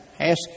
Ask